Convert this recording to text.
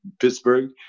Pittsburgh